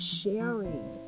sharing